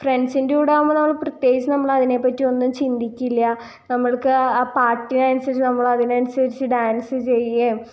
ഫ്രണ്ട്സിന്റെ കൂടെ ആകുമ്പോൾ നമ്മള് പ്രത്യേകിച്ച് നമ്മളതിനെപ്പറ്റിയൊന്നും ചിന്തിക്കില്ല നമ്മൾക്ക് ആ പാട്ടിനനുസരിച്ച് നമ്മളതിനനുസരിച്ച് ഡാൻസ് ചെയ്യുകയും